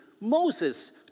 Moses